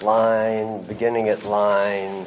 line beginning at line